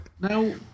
Now